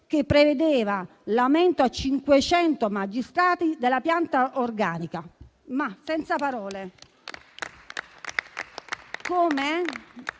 che prevedeva l'aumento a 500 magistrati della pianta organica. Senza parole!